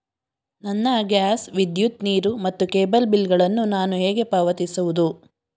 ನನ್ನ ಗ್ಯಾಸ್, ವಿದ್ಯುತ್, ನೀರು ಮತ್ತು ಕೇಬಲ್ ಬಿಲ್ ಗಳನ್ನು ನಾನು ಹೇಗೆ ಪಾವತಿಸುವುದು?